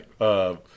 Right